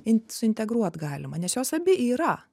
in suintegruot galima nes jos abi yra